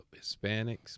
Hispanics